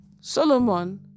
Solomon